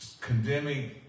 condemning